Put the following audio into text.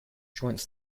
joints